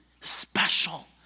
special